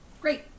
great